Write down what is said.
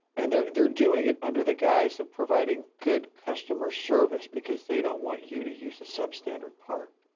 and they're, they're doing it under the guise of providing good customer service because they don't want you to use a substandard part.